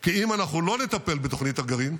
כי אם אנחנו לא נטפל בתוכנית הגרעין,